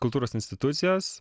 kultūros institucijos